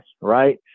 right